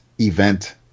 event